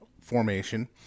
formation